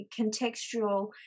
contextual